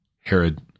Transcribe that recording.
Herod